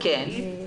קיימת.